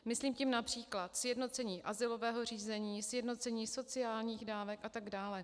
Myslím tím např. sjednocení azylového řízení, sjednocení sociálních dávek atd.